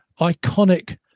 iconic